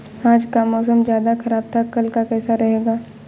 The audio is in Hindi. आज का मौसम ज्यादा ख़राब था कल का कैसा रहेगा?